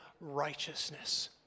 righteousness